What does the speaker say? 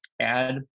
Add